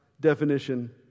definition